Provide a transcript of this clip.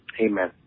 Amen